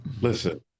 Listen